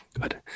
Good